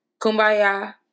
kumbaya